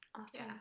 Awesome